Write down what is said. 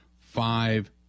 five